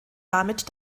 damit